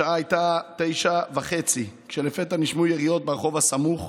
השעה הייתה 21:30 כשלפתע נשמעו יריות ברחוב הסמוך.